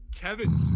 Kevin